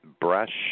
brush